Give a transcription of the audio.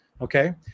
Okay